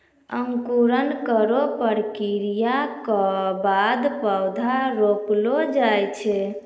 अंकुरन केरो प्रक्रिया क बाद पौधा रोपलो जाय छै